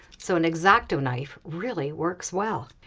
so an x-acto knife really works well.